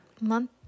month